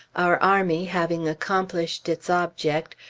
our army, having accomplished its object,